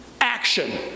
action